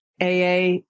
AA